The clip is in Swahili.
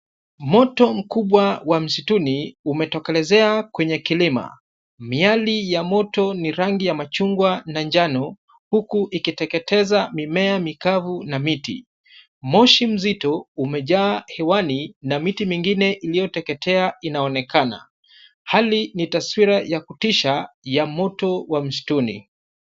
Moto mkubwa wa msituni umetokelezea kwenye kilima. Miale ya moto ni rangi ya machungwa na njano, huku ikiteketeza mimea mikavu na miti. Moshi mzito umejaa hewani na miti mingine iliyoteketea inaonekana. Hali ni taswira ya kutisha ya moto wa msituni.